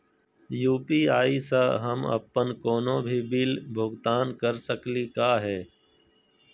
UPI स हम अप्पन कोनो भी बिल भुगतान कर सकली का हे?